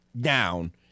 down